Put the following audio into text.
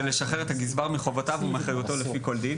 לשחרר את הגזבר מה חובותיו ואחריותו לפי כל דין".